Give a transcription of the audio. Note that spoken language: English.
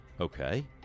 Okay